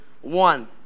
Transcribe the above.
one